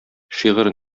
шигырь